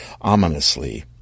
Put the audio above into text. ominously